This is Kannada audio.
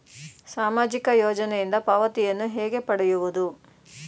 ಸಾಮಾಜಿಕ ಯೋಜನೆಯಿಂದ ಪಾವತಿಯನ್ನು ಹೇಗೆ ಪಡೆಯುವುದು?